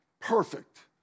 Perfect